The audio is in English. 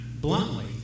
bluntly